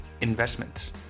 investments